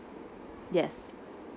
yes